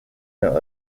not